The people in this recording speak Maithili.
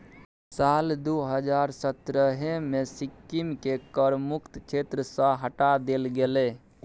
साल दू हजार सतरहे मे सिक्किमकेँ कर मुक्त क्षेत्र सँ हटा देल गेलै